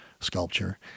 sculpture